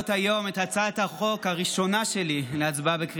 הצעת חוק הכרה ברישיונות מקצועיים על בסיס